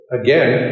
again